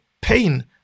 pain